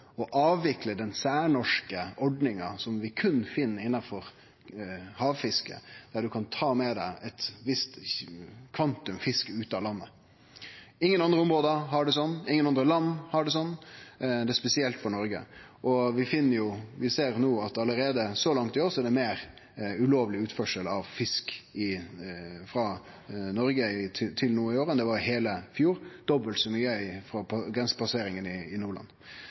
å avvikle den særnorske ordninga som vi berre finn innanfor havfiske, der du kan ta med deg eit visst kvantum fisk ut av landet. Ingen andre område har det slik, ingen andre land har det slik – det er spesielt for Noreg. Vi ser no at alt så langt i år er det meir ulovleg utførsel av fisk frå Noreg enn det var i heile fjor, t.d. dobbelt så mykje på grensepasseringa i Nordland. Dette må ein berre sjå på som ein start. Det er eit mindretal som meiner at utføringa av fisk ikkje skal reknast i